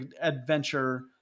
adventure